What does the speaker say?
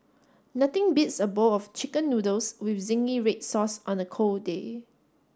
nothing beats a bowl of chicken noodles with zingy red sauce on a cold day